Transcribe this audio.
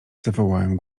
zawołałem